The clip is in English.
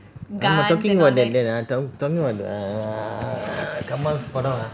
talking about that that ah talk~ talking about the err Kamal படம்:kamal padam ah